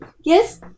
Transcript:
Yes